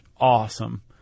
awesome